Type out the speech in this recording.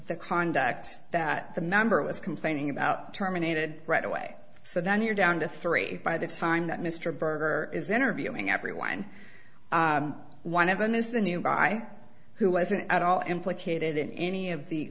the conduct that the member was complaining about terminated right away so then you're down to three by the time that mr berger is interviewing everyone one of them is the new guy who wasn't at all implicated in any of the